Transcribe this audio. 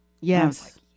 Yes